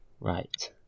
Right